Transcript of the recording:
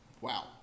Wow